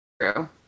True